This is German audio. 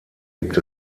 gibt